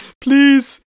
please